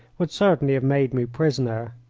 would certainly have made me prisoner.